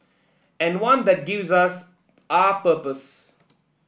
and one that gives us our purpose